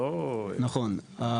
נכון,